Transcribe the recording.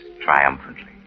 triumphantly